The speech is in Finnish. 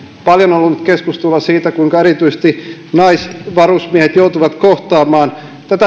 paljon on ollut nyt keskustelua siitä kuinka erityisesti naisvarusmiehet joutuvat kohtaamaan